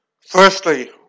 Firstly